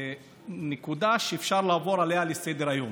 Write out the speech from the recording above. נקודה שאפשר לעבור עליה לסדר-היום,